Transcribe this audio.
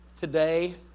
Today